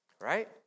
right